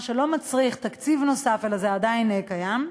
מה שלא מצריך תקציב נוסף אלא זה עדיין קיים,